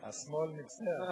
השמאל ניצח.